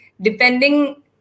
depending